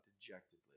dejectedly